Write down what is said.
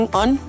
on